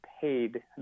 paid